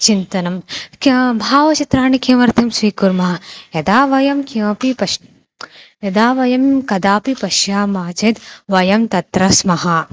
चिन्तनं क्या भावचित्राणि किमर्थं स्वीकुर्मः यदा वयं किमपि पश्यामः यदा वयं कदापि पश्यामः चेत् वयं तत्र स्मः